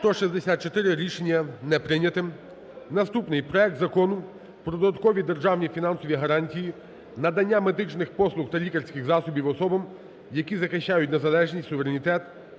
За-164 Рішення не прийнято. Наступний: проект Закону про додаткові державні фінансові гарантії надання медичних послуг та лікарських засобів особам, які захищають незалежність, суверенітет